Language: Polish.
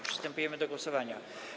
Przystępujemy do głosowania.